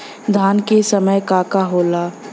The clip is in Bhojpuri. धान के समय का का होला?